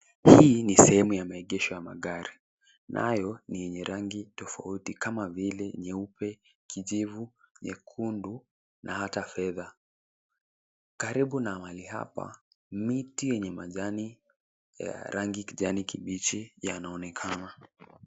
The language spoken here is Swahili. Hii ni sehemu ya maegesho ya magari nayo ni yenye rangi tofauti kama vile nyeupe, kijivu, nyekundu na hata fedha. Karibu na mahali hapa miti yenye majani ya rangi kijani kibichi yanaonekana.